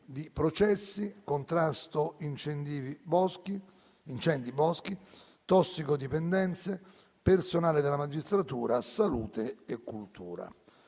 di processi, contrasto incendi boschivi, tossicodipendenze, personale della magistratura, salute e cultura.